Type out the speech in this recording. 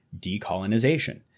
decolonization